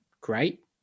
great